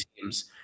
teams